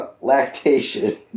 lactation